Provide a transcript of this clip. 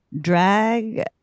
drag